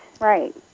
right